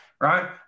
right